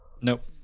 Nope